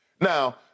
Now